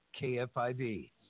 KFIV